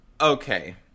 Okay